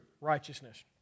righteousness